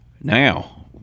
now